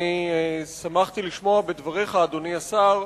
אני שמחתי לשמוע בדבריך, אדוני השר,